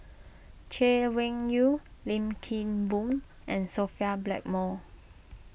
Chay Weng Yew Lim Kim Boon and Sophia Blackmore